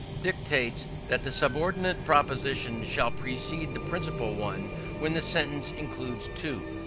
dictates that the subordinate proposition shall precede the principal one when the sentence includes two.